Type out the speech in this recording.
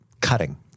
cutting